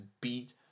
beat